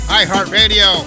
iHeartRadio